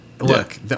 look